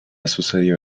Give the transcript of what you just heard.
sucedido